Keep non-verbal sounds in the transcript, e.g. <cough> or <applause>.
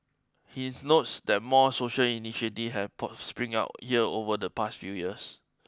he notes that more social initiatives have <unintelligible> sprung up here over the past few years